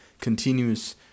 continuous